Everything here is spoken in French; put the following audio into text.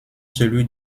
celui